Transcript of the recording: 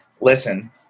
listen